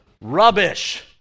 Rubbish